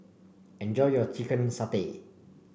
enjoy your Chicken Satay